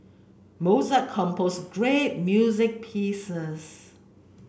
Mozart compose great music pieces